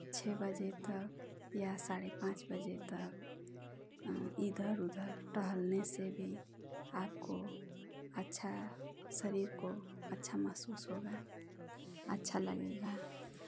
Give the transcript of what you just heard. छ बजे तक या साढ़े पाँच बजे तक इधर उधर टहलने से भी आपको अच्छा शरीर को अच्छा महसूस होगा अच्छा लगेगा